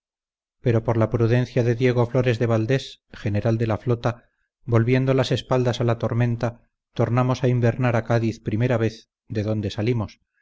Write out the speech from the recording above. pero por la prudencia de diego flores de valdés general de la flota volviendo las espaldas a la tormenta tornamos a invernar a cádiz primera vez de donde salimos